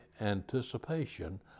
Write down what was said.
anticipation